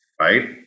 right